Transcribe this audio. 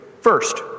First